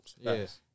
Yes